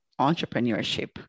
entrepreneurship